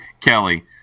Kelly